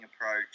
approach